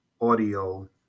audio